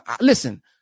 listen